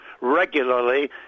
regularly